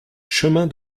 chemin